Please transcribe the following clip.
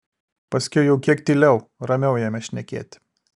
paskiau jau kiek tyliau ramiau ėmė šnekėti